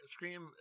Scream